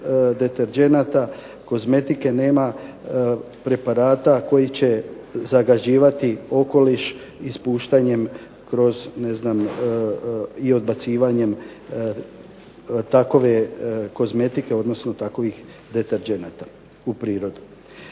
deterdženata, kozmetike nema preparata koji će zagađivati okoliš ispuštanjem kroz ne znam i odbacivanjem takve kozmetike odnosno takvih deterdženata u prirodu.